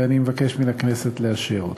ואני מבקש מן הכנסת לאשר אותו.